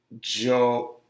Joe